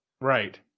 Right